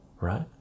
right